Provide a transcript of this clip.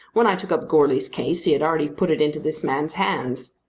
when i took up goarly's case he had already put it into this man's hands.